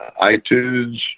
iTunes